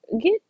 Get